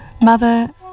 Mother